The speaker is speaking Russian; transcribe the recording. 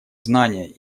знания